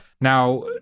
Now